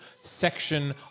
section